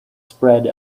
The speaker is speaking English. spread